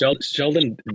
Sheldon